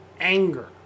anger